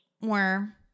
more